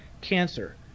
cancer